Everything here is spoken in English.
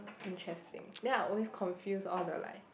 interesting then I always confuse all the like